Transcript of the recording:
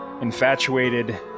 infatuated